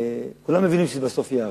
כולם מבינים שבסוף זה ייהרס.